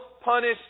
punish